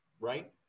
right